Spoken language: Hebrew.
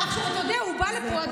עכשיו, אתה יודע, הוא בא לפה.